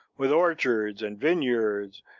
with orchards and vineyards,